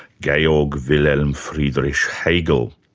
georg wilhelm friedrich hegel.